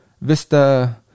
Vista